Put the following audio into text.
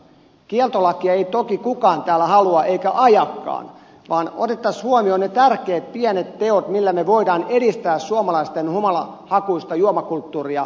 kieltolakia ei toki kukaan täällä halua eikä ajakaan mutta toivoisin että otettaisiin huomioon ne tärkeät pienet teot millä me voimme estää suomalaisten humalahakuista juomakulttuuria